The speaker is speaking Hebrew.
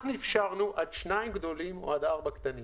אפשרנו עד שניים גדולים, או עד ארבעה קטנים.